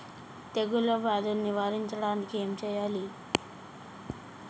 తెగుళ్ళ వ్యాధులు నివారించడానికి ఏం చేయాలి?